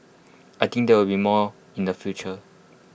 I think there will be more in the future